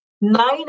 nine